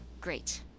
Great